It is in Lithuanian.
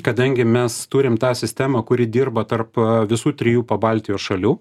kadangi mes turim tą sistemą kuri dirba tarp visų trijų baltijos šalių